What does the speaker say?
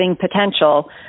potential